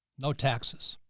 no taxes.